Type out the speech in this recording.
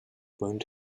won’t